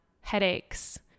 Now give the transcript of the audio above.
headaches